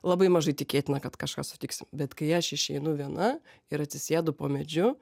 labai mažai tikėtina kad kažką sutiksim bet kai aš išeinu viena ir atsisėdu po medžiu